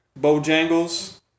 Bojangles